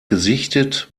gesichtet